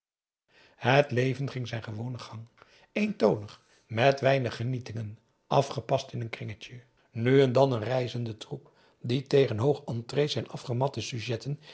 het leven ging zijn gewonen gang eentonig met weinig genietingen afgepast in een kringetje nu en dan een reizende troep die tegen hoog entrée zijn afgematte sujetten